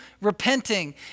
repenting